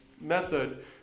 method